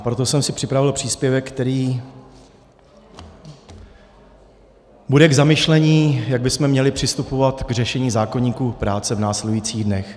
Proto jsem si připravil příspěvek, který bude k zamyšlení, jak bychom měli přistupovat k řešení zákoníku práce v následujících dnech.